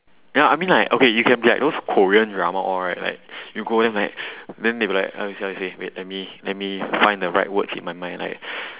ya I mean like okay like you can be like those korean drama all right like you go then like then they be like I say what I say like let me let me find the right words in my mind like